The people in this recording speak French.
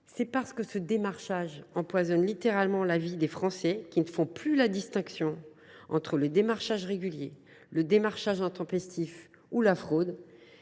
C’est parce que le démarchage empoisonne la vie des Français, qui ne font plus la distinction entre démarchage régulier et démarchage intempestif ou frauduleux,